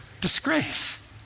Disgrace